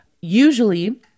Usually